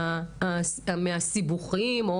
מהסיבוכים.